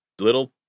little